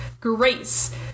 Grace